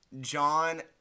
John